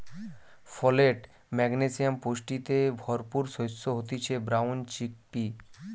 folate, magnesium পুষ্টিতে ভরপুর শস্য হতিছে ব্রাউন চিকপি